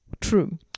True